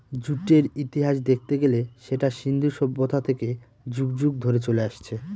জুটের ইতিহাস দেখতে গেলে সেটা সিন্ধু সভ্যতা থেকে যুগ যুগ ধরে চলে আসছে